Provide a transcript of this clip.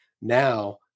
now